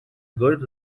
good